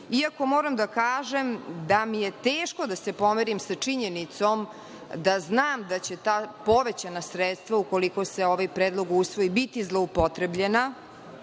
20%.Moram da kažem da mi je teško da se pomirim sa činjenicom da znam da će ta povećana sredstva, ukoliko se ovaj predlog usvoji, biti zloupotrebljena,